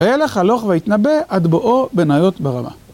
וילך הלוך והתנבא עד בואו בניות ברמה.